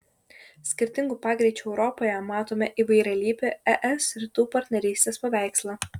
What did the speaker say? skirtingų pagreičių europoje matome įvairialypį es rytų partnerystės paveikslą